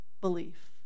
belief